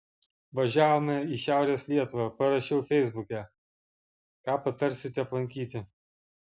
važiavome į šiaurės lietuvą parašiau feisbuke ką patarsite aplankyti